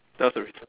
that was a rec~